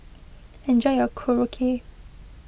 enjoy your Korokke